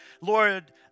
Lord